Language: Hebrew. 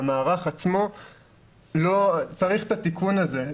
המערך עצמו צריך את התיקון הזה,